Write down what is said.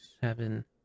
seven